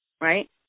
right